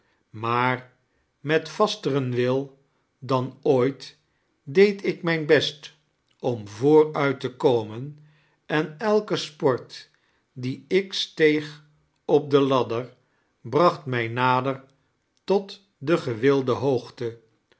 maar met vasteren will dan oodt deed ik mijn best om vooruit te komen en elke sport die ik steeg op de ladder bracht mij nader tot die gewilde hoogte